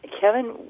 Kevin